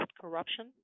corruption